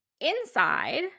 inside